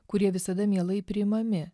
kurie visada mielai priimami